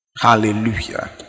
Hallelujah